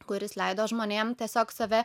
kuris leido žmonėm tiesiog save